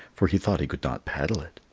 for he thought he could not paddle it.